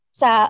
sa